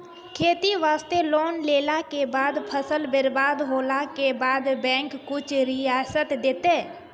खेती वास्ते लोन लेला के बाद फसल बर्बाद होला के बाद बैंक कुछ रियायत देतै?